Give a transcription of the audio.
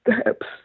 steps